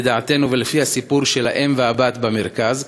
לדעתנו ולפי הסיפור של האם והבת, במרכז.